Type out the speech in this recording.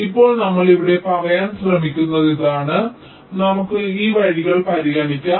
ഇപ്പോൾ നമ്മൾ ഇവിടെ പറയാൻ ശ്രമിക്കുന്നത് ഇതാണ് നമുക്ക് ഈ വഴികൾ പരിഗണിക്കാം